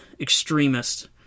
extremists